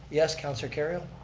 yes, councilor kerrio.